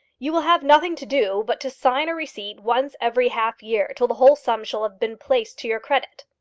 you will have nothing to do but to sign a receipt once every half-year till the whole sum shall have been placed to your credit.